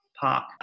park